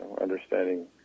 understanding